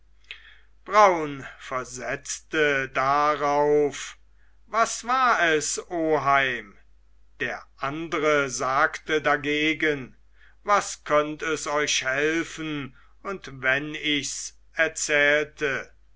braun versetzte darauf was war es oheim der andre sagte dagegen was könnt es euch helfen und wenn ichs erzählte